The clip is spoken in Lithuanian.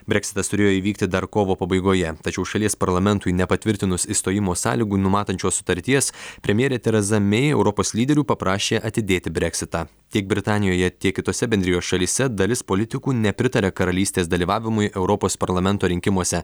breksitas turėjo įvykti dar kovo pabaigoje tačiau šalies parlamentui nepatvirtinus išstojimo sąlygų numatančios sutarties premjerė tereza mei europos lyderių paprašė atidėti breksitą tiek britanijoje tiek kitose bendrijos šalyse dalis politikų nepritaria karalystės dalyvavimui europos parlamento rinkimuose